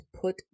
put